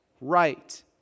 right